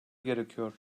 gerekiyor